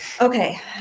Okay